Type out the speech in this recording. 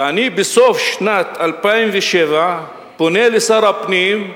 ואני בסוף שנת 2007 פונה לשר הפנים,